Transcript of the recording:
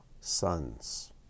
sons